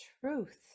truth